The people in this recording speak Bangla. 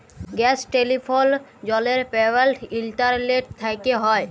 গ্যাস, টেলিফোল, জলের পেমেলট ইলটারলেট থ্যকে হয়